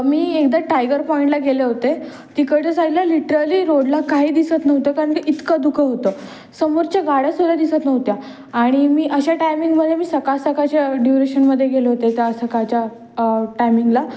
मी एकदा टायगर पॉईंटला गेले होते तिकडच्या साईडला लिटरली रोडला काही दिसत नव्हतं कारण की इतकं धुकं होतं समोरच्या गाड्या सुद्धा दिसत नव्हत्या आणि मी अशा टायमिंगमध्ये मी सकाळ सकाळच्या ड्युरेशनमध्ये गेले होते त्या सकाळच्या टायमिंगला